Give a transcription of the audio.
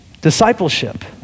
Discipleship